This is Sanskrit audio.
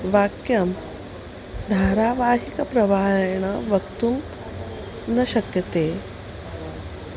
वाक्यं धारावाहिकप्रवाहेण वक्तुं न शक्यते